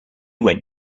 went